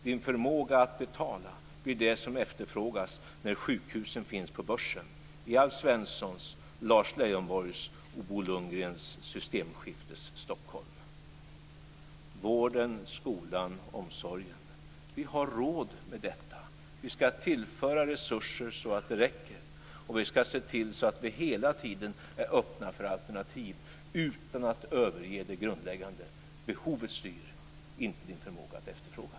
Din förmåga att betala blir det som efterfrågas när sjukhusen finns på börsen i Alf Svenssons, Lars Stockholm. Vården, skolan, omsorgen - vi har råd med detta. Vi ska tillföra resurser så att det räcker. Och vi ska se till att vi hela tiden är öppna för alternativ utan att överge det grundläggande, nämligen att behovet styr, inte din förmåga att efterfråga.